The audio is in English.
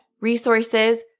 resources